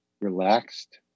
relaxed